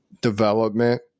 development